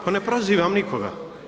Pa ne prozivam nikoga.